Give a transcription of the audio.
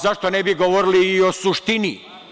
Zašto ne bismo govorili i o suštini?